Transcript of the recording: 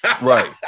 Right